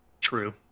true